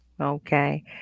Okay